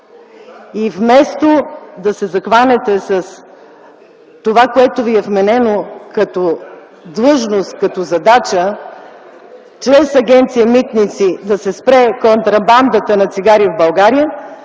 Вместо да се захванете с това, което ви е вменено като длъжност, като задача – чрез Агенция „Митници” да се спре контрабандата на цигари в България,